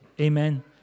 Amen